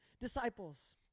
disciples